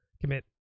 commit